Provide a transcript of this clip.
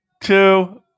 two